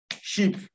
sheep